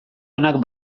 onak